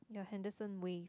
the Henderson-Wave